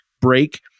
break